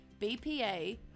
BPA